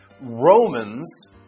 romans